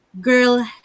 girl